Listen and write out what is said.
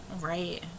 Right